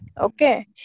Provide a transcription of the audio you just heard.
Okay